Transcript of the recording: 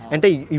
ah